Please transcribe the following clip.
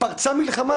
פרצה מלחמה